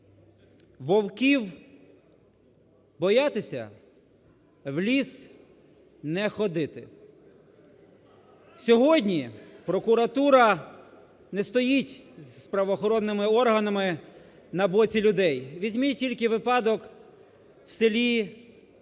вовків боятися в ліс не ходити. Сьогодні прокуратура не стоїть з правоохоронними органами на боці людей. Візьміть тільки випадок в селі Бережинки